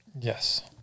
Yes